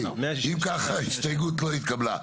אם ככה ההסתייגות לא התקבלה.